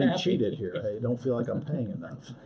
and cheated here. i don't feel like i'm paying enough.